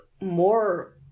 more